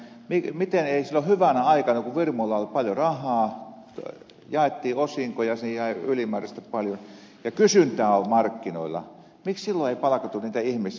nimittäin miten ei silloin hyvänä aikana kun firmoilla oli paljon rahaa jaettiin osinkoja sinne jäi ylimääräistä paljon ja kysyntää oli markkinoilla miksi silloin ei palkattu niitä ihmisiä